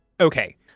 Okay